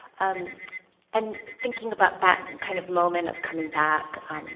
and and thinking about that kind of moment of coming back.